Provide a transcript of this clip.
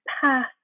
path